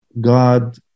God